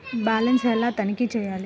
Balance ఎలా తనిఖీ చేయాలి?